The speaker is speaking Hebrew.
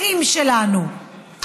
אחים שלנו,